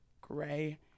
gray